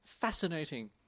fascinating